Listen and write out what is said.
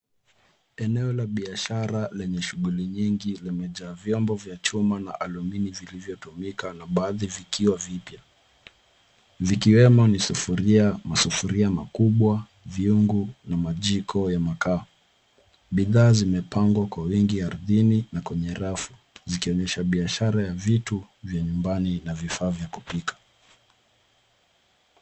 Eneo la biashara lenye shughuli nyingi limejaa vyombo vya chuma na alumini vilivyotumika na baadhi vikiwa vipya. Vikiwemo ni sufuria, masufuria makubwa, vyungu na majiko ya makaa. Bidhaa zimepangwa kwa uwingi ardhini na kwenye rafu zikionyesha biashara ya vitu vya nyumbani na vifaa vya kupika.